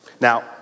Now